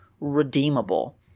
redeemable